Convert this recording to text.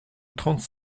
trente